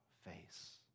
face